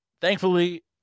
thankfully